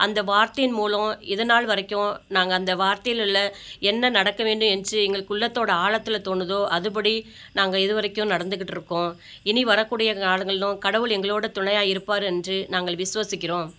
அந்த வார்த்தையின் மூலம் இதை நாள்வரைக்கும் நாங்கள் அந்த வார்த்தையிலுள்ள என்ன நடக்க வேண்டும் என்று எங்களுக்கு உள்ளத்தோடய ஆழத்தில் தோணுதோ அதுபடி நாங்கள் இதுவரைக்கும் நடந்துக்கிட்டிருக்கோம் இனி வரக்கூடிய காலங்களிலும் கடவுள் எங்களோடு துணையாக இருப்பார் என்று நாங்கள் விசுவாசிக்கிறோம்